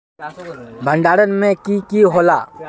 भण्डारण में की की होला?